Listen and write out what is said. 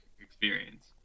experience